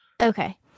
Okay